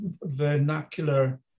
vernacular